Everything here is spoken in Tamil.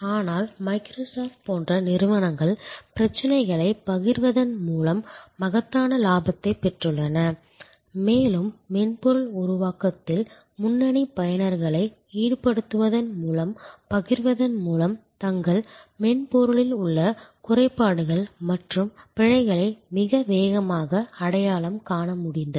ஆனால் மைக்ரோசாப்ட் போன்ற நிறுவனங்கள் பிரச்சனைகளைப் பகிர்வதன் மூலம் மகத்தான லாபத்தைப் பெற்றுள்ளன மேலும் மென்பொருள் உருவாக்கத்தில் முன்னணிப் பயனர்களை ஈடுபடுத்துவதன் மூலம் பகிர்வதன் மூலம் தங்கள் மென்பொருளில் உள்ள குறைபாடுகள் மற்றும் பிழைகளை மிக வேகமாக அடையாளம் காண முடிந்தது